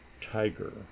tiger